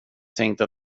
tänkte